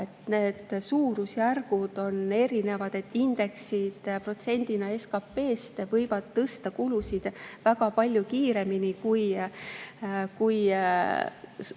Need suurusjärgud on erinevad. Indeksid protsendina SKP‑st võivad tõsta kulusid väga palju kiiremini, kui on